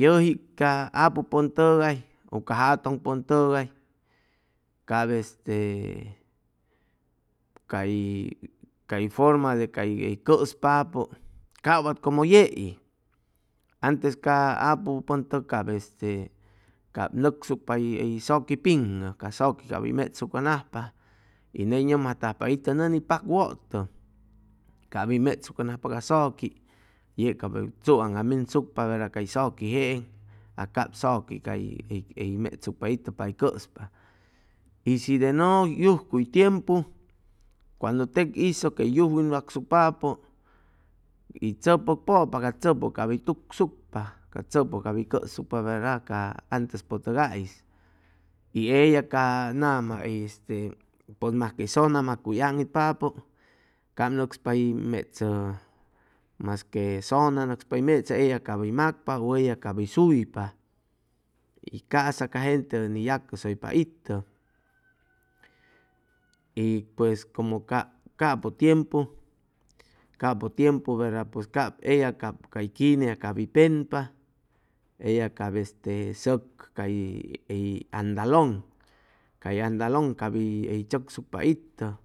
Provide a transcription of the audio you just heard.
Yʉji ca apupʉn tʉgay u ca jatʉŋ pʉn tʉgay cap este cay cay forma de cay hʉy cʉspapʉ cap wat como yei antes ca apupʉntʉg cap este cap nʉcsucpa hʉy hʉy zʉqui piŋʉ ca zʉqui cap hʉy mechsucʉnajpa y ney nʉmjatajpa itʉ nʉni pak wʉtʉ cap hʉy mechsucʉnajpa ca zʉqui yeg cap tzuaŋam minsucpa vera cay zʉqui jeeŋ a cap zʉqui cay hʉy hʉy mechsucpa itʉ para hʉy cʉspa y shi de nʉ yujcuy tiempu cuando teg hizʉ que yugwin wacsucpapʉ y tzʉpʉ pʉpa ca tzʉpʉ cap hʉy tucsucpa ca tzʉpʉ cap hʉy cʉsucpa verda ca antespʉtʉgais y eya ca nama hʉy este pʉj masque hʉy ʉna macuy hʉy aŋitpapʉ cap nʉcspa hʉy mechʉ masque zʉna nʉcspa hʉy mechʉ eya cap hʉy macpa ʉ eya ap hʉy suypa y ca'sa ca gente ʉni yacʉsʉypa itʉ y pues como cap capʉ tiempu capʉ tiempu verda pues cap eya cay quinea cap hʉy penpa eyab cap este sʉk cay hʉy hʉy andalon cay andalon cap hʉy hʉy tzʉcsucpa itʉ